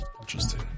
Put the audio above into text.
Interesting